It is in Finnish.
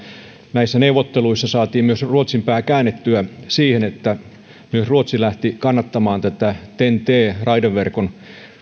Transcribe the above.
näissä neuvotteluissa saatiin myös ruotsin pää käännettyä siihen että myös ruotsi lähti kannattamaan tätä ten t raideverkon